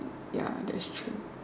ya that's true